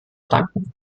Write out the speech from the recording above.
danken